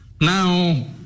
Now